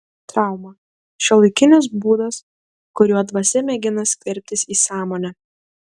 trauma šiuolaikinis būdas kuriuo dvasia mėgina skverbtis į sąmonę